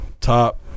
Top